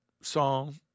song